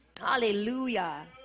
Hallelujah